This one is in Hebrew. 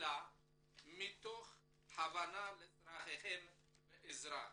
אלא מתוך הבנה לצרכיהם ועזרה,